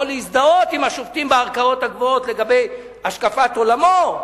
יכול להזדהות עם השופטים בערכאות הגבוהות מבחינת השקפת עולמו.